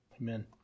Amen